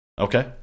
Okay